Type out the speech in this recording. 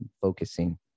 focusing